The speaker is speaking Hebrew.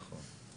נכון.